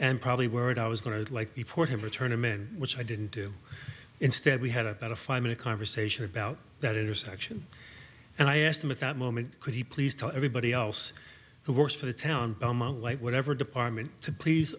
and probably worried i was going to like report him return a man which i didn't do instead we had about a five minute conversation about that intersection and i asked him at that moment could he please tell everybody else who works for the town among white whatever department to please